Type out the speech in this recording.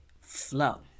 flow